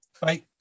bye